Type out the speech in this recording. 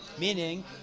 Meaning